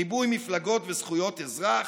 ריבוי מפלגות וזכויות אזרח,